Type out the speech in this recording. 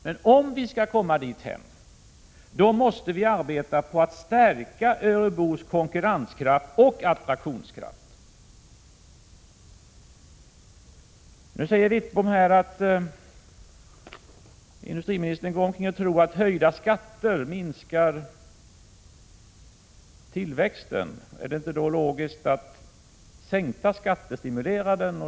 Men om vi skall komma dithän måste vi arbeta på att stärka Örebros konkurrenskraft och attraktionskraft. Nu säger Bengt Wittbom, att om industriministern går omkring och tror att höjda skatter minskar tillväxten, är det väl logiskt att sänkta skatter stimulerar den.